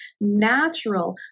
natural